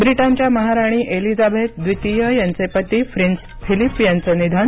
ब्रिटनच्या महाराणी एलिझाबेथ द्वितीय यांचे पती प्रिन्स फिलिप यांचं निधन